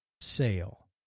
sale